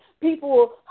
People